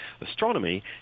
Astronomy